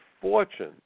fortune